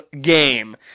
game